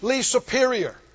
superior